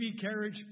carriage